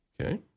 Okay